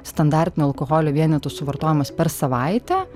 standartinių alkoholio vienetų suvartojimas per savaitę